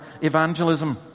evangelism